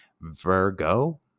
Virgo